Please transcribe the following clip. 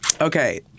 Okay